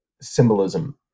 symbolism